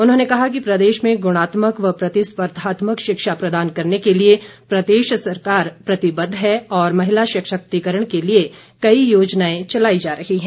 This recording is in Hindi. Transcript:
उन्होंने कहा कि प्रदेश में गुणात्मक व प्रतिस्पर्धात्मक शिक्षा प्रदान करने के लिए प्रदेश सरकार प्रतिबद्ध है और महिला सशक्तिरण के लिए कई योजनाएं चलाई जा रही हैं